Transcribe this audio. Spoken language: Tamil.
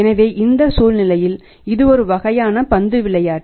எனவே இந்த சூழ்நிலையில் இது ஒருவகையான பந்து விளையாட்டு